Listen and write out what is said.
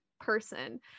person